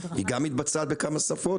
היא גם מתבצעת בכמה שפות?